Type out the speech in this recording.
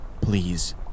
Please